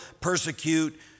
persecute